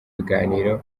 biganiro